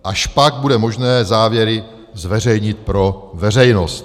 Až pak bude možné závěry zveřejnit pro veřejnost.